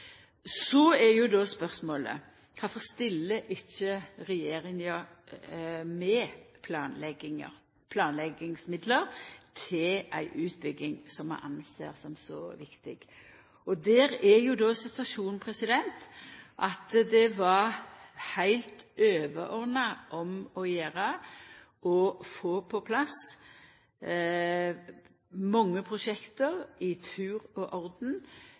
då kvifor regjeringa ikkje stiller med planleggingsmidlar til ei utbygging som vi ser på som så viktig? Situasjonen er at det var heilt overordna å få på plass mange prosjekt i tur og orden